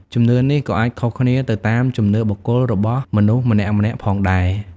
ជំនឿនេះក៏អាចខុសគ្នាទៅតាម ជំនឿបុគ្គល របស់មនុស្សម្នាក់ៗផងដែរ។